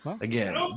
again